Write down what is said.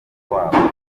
wabo